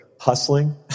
hustling